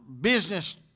business